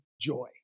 joy